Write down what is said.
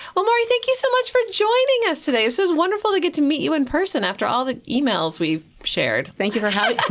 well, maurie, thank you so much for joining us today. it's so wonderful to get to meet you in person after all these emails we've shared. thank you for having